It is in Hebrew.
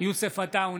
יוסף עטאונה,